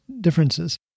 differences